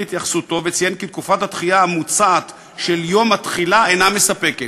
התייחסותו וציין כי תקופת הדחייה המוצעת של יום התחילה אינה מספקת".